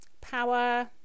power